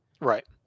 Right